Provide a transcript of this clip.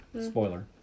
Spoiler